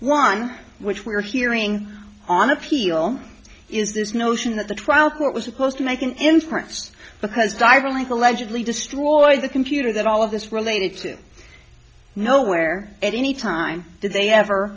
one which we're hearing on appeal is this notion that the trial court was supposed to make an inference because direly allegedly destroyed the computer that all of this related to nowhere at any time did they ever